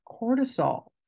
cortisol